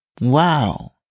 Wow